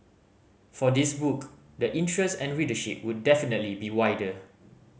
for this book the interest and readership would definitely be wider